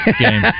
game